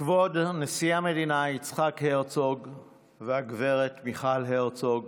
כבוד נשיא המדינה יצחק הרצוג והגב' מיכל הרצוג,